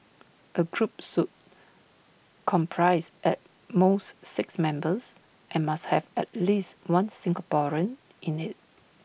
A group sue comprise at most six members and must have at least one Singaporean in IT